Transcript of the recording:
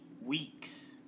weeks